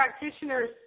practitioners